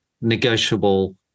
negotiable